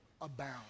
abound